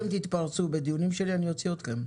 אם אתם תתפרצו בדיונים שלי אני אוציא אתכם,